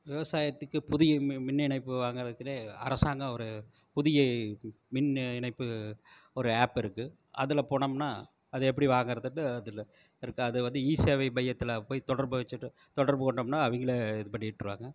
விவசாயத்துக்கு புதிய மின் மின்னிணைப்பு வாங்கறதுக்குனே அரசாங்கம் ஒரு புதிய மின் இணைப்பு ஒரு ஆப் இருக்குது அதில் போனோம்னால் அது எப்படி வாங்குகிறதுன்னு அதில் இருக்குது அது வந்து ஈ சேவை மையத்தில் போய் தொடர்பு வச்சுட்டு தொடர்பு கொண்டோம்னால் அவங்களே இது பண்ணிவிட்டுருவாங்க